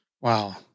Wow